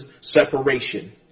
separation